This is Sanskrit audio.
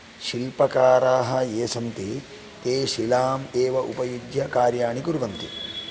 शिल्पकाराः ये सन्ति ते शिलाम् एव उपयुज्य कार्याणि कुर्वन्ति